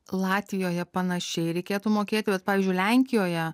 latvijoje panašiai reikėtų mokėti bet pavyzdžiui lenkijoje